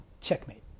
checkmate